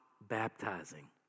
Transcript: baptizing